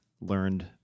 learned